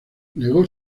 legó